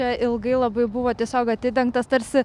čia ilgai labai buvo tiesiog atidengtas tarsi